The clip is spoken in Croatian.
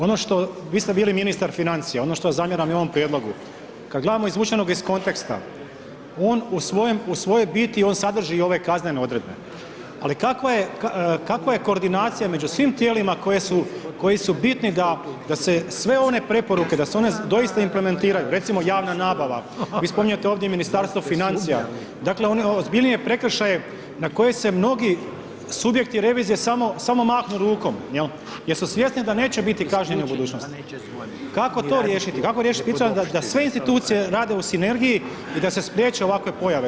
Ono što, vi ste bili ministar financija, ono što zamjeram i ovom prijedlogu, kad gledamo izvučenog iz konteksta on u svojoj biti sadrži i ove kaznene odredbe ali kakva je koordinacija među svim tijelima koji su bitni da se sve one preporuke, da se one doista implementiraju, recimo javna nabava, vi spominjete ovdje i Ministarstvo financija, dakle ozbiljnije prekršaje na koje se mnogi subjekti revizije samo mahnu rukom, jel', jer su svjesni da neće biti kažnjeni u budućnosti, kako to riješiti, kako riješiti ... da sve institucije rade u sinergiji i da se spriječe ovakve pojave?